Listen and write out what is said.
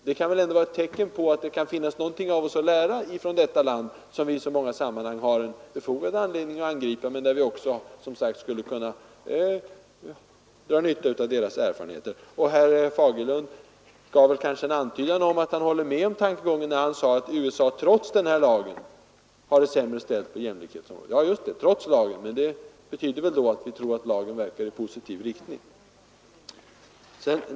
Det är väl ändå ett tecken på att det kan finnas någonting för oss att lära? Herr Fagerlund gav en antydan om att han håller med om den tankegången, när han sade att USA trots denna lag har det sämre ställt på jämlikhetsområdet. Det betyder väl då att han tror att lagen verkar i positiv riktning.